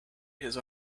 his